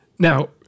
Now